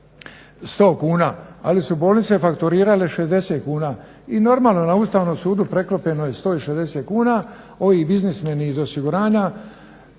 100 kuna ali su bolnice fakturirale 60 kuna i normalno na ustavnom sudu preklopljeno je 160 kuna, ovi biznismeni iz osiguranja